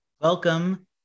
welcome